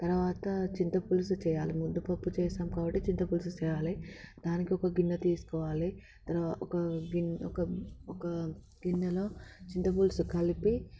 తర్వాత చింతపులుసు చేయాలి ముద్దపప్పు చేసాం కాబట్టి చింతపులుసు చేయాలి దానికి ఒక గిన్నె తీసుకోవాలి తర్వాత ఒక ఒక ఒక గిన్నెలో చింతపులుసు కలిపి